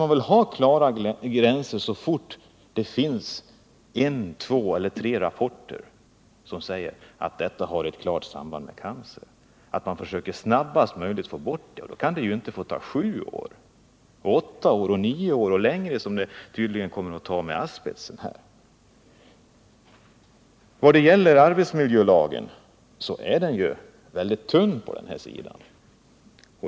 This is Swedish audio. Vi måste ha klara gränser så snart det finns rapporter som pekar på att ett ämne har ett klart samband med cancer. Ett sådant ämne måste snarast möjligt bort. Det får inte ta sju år, nio år eller längre tid som det tydligen kommer att göra när det gäller asbest. Arbetsmiljölagen är väldigt tunn härvidlag.